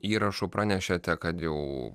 įrašu pranešėte kad jau